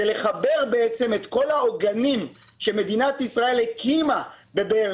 זה לחבר את כל העוגנים שמדינת ישראל הקימה בבאר